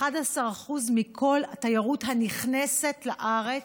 11% מכל התיירות הנכנסת לארץ,